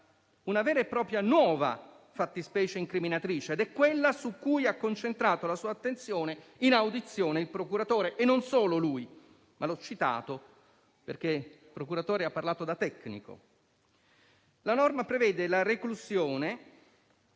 una vera e propria nuova fattispecie incriminatrice, quella su cui ha concentrato la sua attenzione in audizione il procuratore (e non solo lui). L'ho citato perché il procuratore ha parlato da tecnico. La norma prevede la reclusione